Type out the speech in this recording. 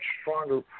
stronger